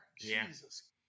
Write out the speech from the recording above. Jesus